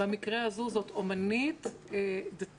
במקרה הזה זו אומנית דתית,